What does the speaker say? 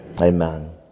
Amen